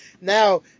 now